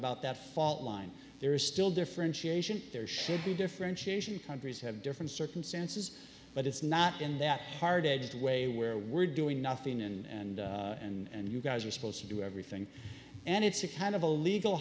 about that fault line there is still differentiation there should be differentiation countries have different circumstances but it's not in that hard edged way where we're doing nothing and and you guys are supposed to do everything and it's a kind of a legal